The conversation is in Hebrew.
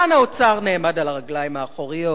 כאן האוצר נעמד על הרגליים האחוריות,